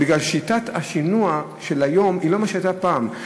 בגלל ששיטת השינוע של היום היא לא מה שהייתה פעם.